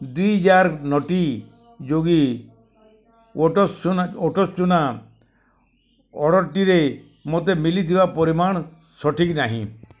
ଦି jar Nutty Yogi oats ସୁନା ଓଟ୍ ଚୁନା ଅର୍ଡ଼ର୍ଟିରେ ମୋତେ ମିଲିଥିବା ପରିମାଣ ସଠିକ୍ ନାହିଁ